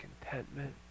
contentment